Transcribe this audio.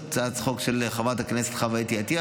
הצעת חוק של חברת הכנסת חוה אתי עטייה,